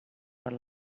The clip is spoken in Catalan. per